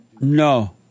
No